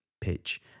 pitch